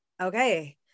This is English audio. okay